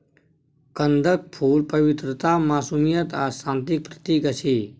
कंदक फुल पवित्रता, मासूमियत आ शांतिक प्रतीक अछि